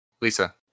Lisa